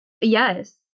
Yes